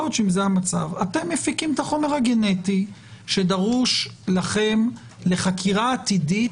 יכול להיות שאתם מפיקים את החומר הגנטי שדרוש לכם לחקירה עתידית,